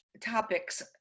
topics